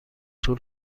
طول